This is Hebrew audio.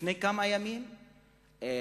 לפני כמה ימים "ביקרו"